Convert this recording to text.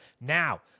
Now